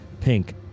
Pink